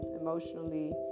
emotionally